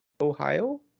Ohio